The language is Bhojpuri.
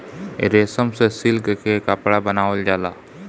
रेशम से सिल्क के कपड़ा बनावल जाला